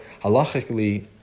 halachically